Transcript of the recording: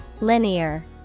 Linear